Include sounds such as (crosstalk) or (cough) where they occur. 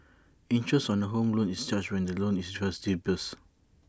interest on A home loan is charged when the loan is (unintelligible) disbursed